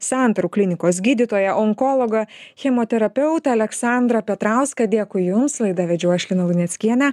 santarų klinikos gydytoją onkologą chemoterapeutą aleksandrą petrauską dėkui jums laidą vedžiau aš lina luneckienė